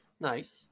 Nice